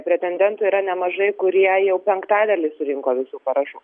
pretendentų yra nemažai kurie jau penktadalį surinko visų parašų